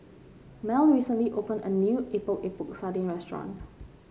Mell recently opened a new Epok Epok Sardin restaurant